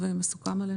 ומסוכם עלינו.